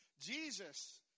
Jesus